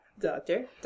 doctor